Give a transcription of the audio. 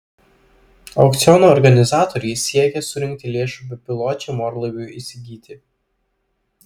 aukciono organizatoriai siekia surinkti lėšų bepiločiam orlaiviui įsigyti